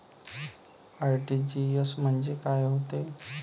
RTGS म्हंजे काय होते?